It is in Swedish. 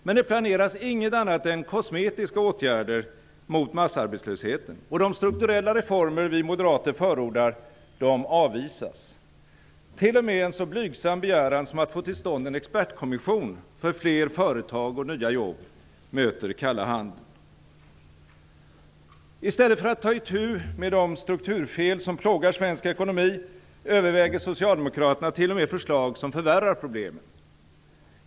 Men det planeras inget annat än kosmetiska åtgärder mot massarbetslösheten, och de strukturella reformer som vi moderater förordar avvisas. T.o.m. en så blygsam begäran som att få till stånd en expertkommission för fler företag och nya jobb möter kalla handen. I stället för att ta itu med de strukturfel som plågar svensk ekonomi överväger Socialdemokraterna t.o.m. förslag som förvärrar problemen.